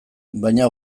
baina